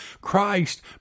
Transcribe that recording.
Christ